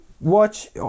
watch